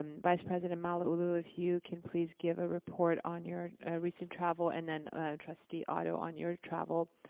um vice president malauulu, if you can please give a report on your recent travel, and then trustee otto on your travel.